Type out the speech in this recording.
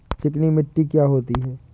चिकनी मिट्टी क्या होती है?